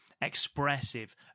expressive